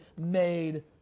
made